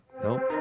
Nope